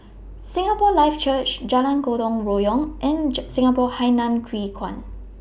Singapore Life Church Jalan Gotong Royong and Singapore Hainan Hwee Kuan